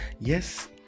yes